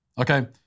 Okay